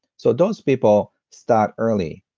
so, those people start early.